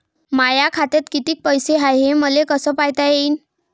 माया खात्यात कितीक पैसे हाय, हे मले कस पायता येईन?